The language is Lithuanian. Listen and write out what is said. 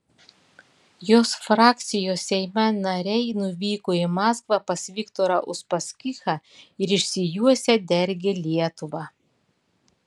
jos frakcijos seime nariai nuvyko į maskvą pas viktorą uspaskichą ir išsijuosę dergė lietuvą